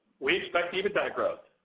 we expect ebitda growth.